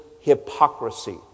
hypocrisy